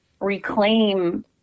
reclaim